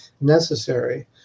necessary